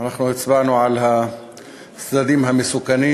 אנחנו הצבענו על הצדדים המסוכנים